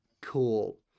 cool